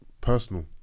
personal